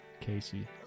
Casey